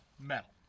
metal